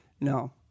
No